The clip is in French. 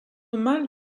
mal